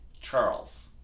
Charles